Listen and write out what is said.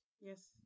Yes